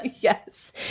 Yes